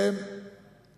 גם זה טוב.